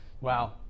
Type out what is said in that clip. Wow